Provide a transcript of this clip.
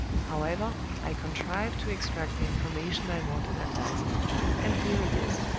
however, i contrived to extract the information i wanted at last and here it is